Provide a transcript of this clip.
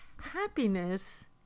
Happiness